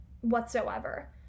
whatsoever